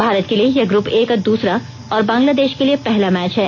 भारत के लिए यह ग्रूप ए का दूसरा और बंगलादेश के लिए पहला मैच है